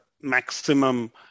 maximum